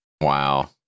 Wow